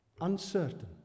uncertain